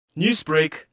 Newsbreak